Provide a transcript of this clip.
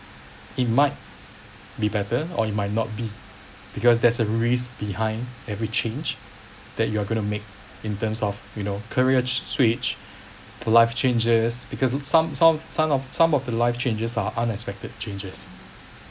it might be better or it might not be because there's a risk behind every change that you are going to make in terms of you know career switch for life changes because some some some of some of the life changes are unexpected changes